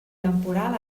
temporal